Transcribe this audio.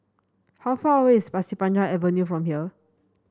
how far away is Pasir Panjang Avenue from here